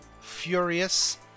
Furious